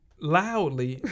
loudly